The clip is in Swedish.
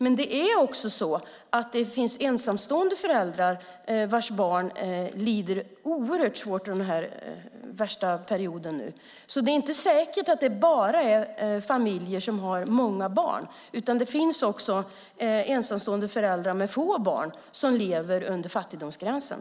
Men det finns också ensamstående föräldrar vars barn lider oerhört svårt under denna värsta period nu. Det är inte säkert att det är bara familjer som har många barn som har det svårt. Det finns också ensamstående föräldrar med få barn som lever under fattigdomsgränsen.